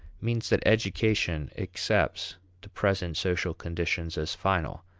means that education accepts the present social conditions as final,